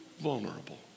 vulnerable